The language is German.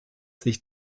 sich